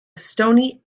stony